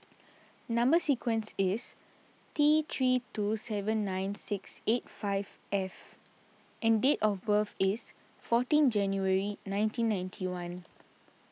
Number Sequence is T three two seven nine six eight five F and date of birth is fourteen January nineteen ninety one